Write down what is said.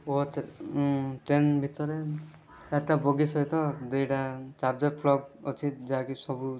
ଓ ଉଁ ଟ୍ରେନ୍ ଭିତରେ ଚାରିଟା ବଗି ସହିତ ଦୁଇଟା ଚାର୍ଜର ପ୍ଲଗ୍ ଅଛି ଯାହାକି ସବୁ